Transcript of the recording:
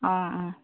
অঁ অঁ